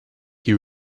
your